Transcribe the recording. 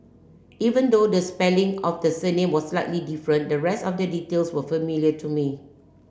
even though the spelling of the surname was slightly different the rest of the details were familiar to me